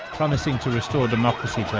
promising to restore democracy